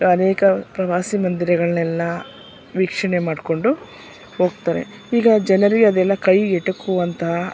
ಅನೇಕ ಪ್ರವಾಸಿ ಮಂದಿರಗಳನ್ನೆಲ್ಲ ವೀಕ್ಷಣೆ ಮಾಡಿಕೊಂಡು ಹೋಗ್ತಾರೆ ಈಗ ಜನರಿಗೆ ಅದೆಲ್ಲ ಕೈಗೆಟಕುವಂತಹ